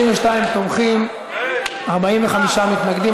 32 תומכים, 45 מתנגדים.